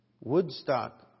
Woodstock